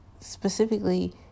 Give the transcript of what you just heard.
specifically